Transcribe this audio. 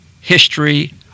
History